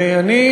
ואני,